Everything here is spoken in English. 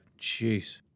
Jeez